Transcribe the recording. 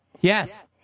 Yes